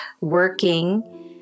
working